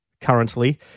currently